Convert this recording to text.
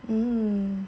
hmm